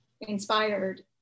inspired